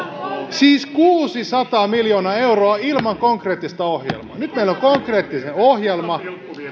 siis kuusisataa miljoonaa euroa ilman konkreettista ohjelmaa nyt meillä on konkreettinen ohjelma